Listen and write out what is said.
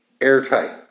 airtight